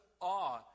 awe